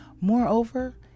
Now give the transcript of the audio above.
Moreover